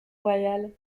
royal